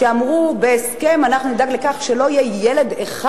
ואמרו: בהסכם אנחנו נדאג לכך שלא יהיה אפילו ילד אחד